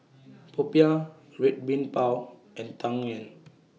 Popiah Red Bean Bao and Tang Yuen